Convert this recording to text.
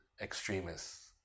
extremists